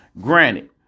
granted